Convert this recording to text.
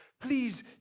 Please